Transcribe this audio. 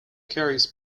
carries